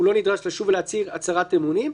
הוא לא נדרש לשוב ולהצהיר הצהרת אמונים.